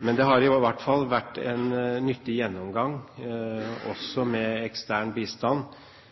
Men det har i hvert fall vært en nyttig gjennomgang, også med ekstern bistand,